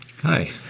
Hi